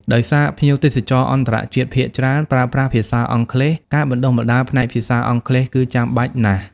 ដោយសារភ្ញៀវទេសចរអន្តរជាតិភាគច្រើនប្រើប្រាស់ភាសាអង់គ្លេស ការបណ្តុះបណ្តាលផ្នែកភាសាអង់គ្លេសគឺចាំបាច់ណាស់។